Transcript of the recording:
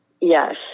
yes